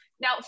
now